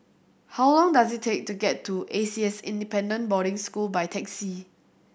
how long does it take to get to A C S Independent Boarding School by taxi